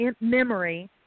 memory